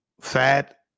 fat